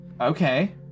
Okay